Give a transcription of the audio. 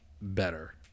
better